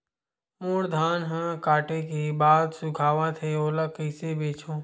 मोर धान ह काटे के बाद सुखावत हे ओला कइसे बेचहु?